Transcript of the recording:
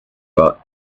but